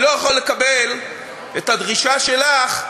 אני לא יכול לקבל את הדרישה שלך,